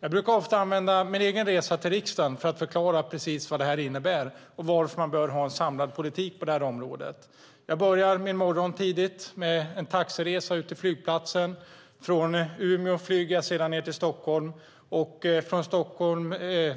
Jag brukar ofta använda min egen resa till riksdagen för att förklara precis vad detta innebär och varför man bör ha en samlad politik på området. Jag börjar min morgon tidigt med en taxiresa ut till flygplatsen. Från Umeå flyger jag sedan ned till Stockholm.